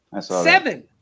Seven